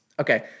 Okay